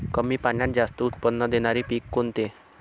कमी पाण्यात जास्त उत्त्पन्न देणारे पीक कोणते?